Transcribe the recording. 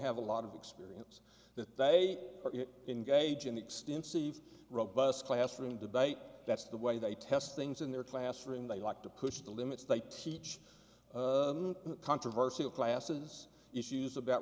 have a lot of experience that they engage in the extensive robust classroom debate that's the way they test things in their classroom they like to push the limits they teach the controversy of classes issues about